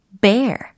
bear